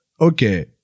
Okay